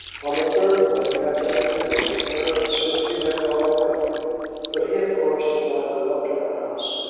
on the third morning after the funeral he heard that sir hugh had gone away but he, of course, did not go up to the house,